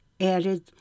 added